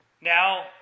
Now